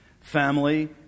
family